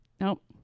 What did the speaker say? nope